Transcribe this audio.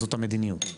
זאת המדיניות,